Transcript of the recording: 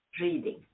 reading